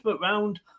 round